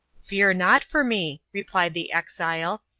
fear not for me, replied the exile,